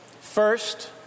First